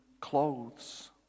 clothes